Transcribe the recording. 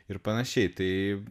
ir panašiai tai